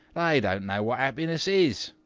they don't know what happiness is.